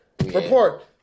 Report